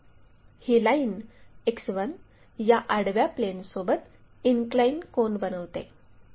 ही line X1 या आडव्या प्लेनसोबत इनक्लाइन कोन बनवते